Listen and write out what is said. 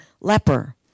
leper